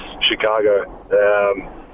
Chicago